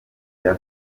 bya